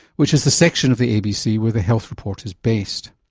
which is the section of the abc where the health report is based.